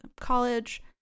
college